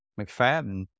McFadden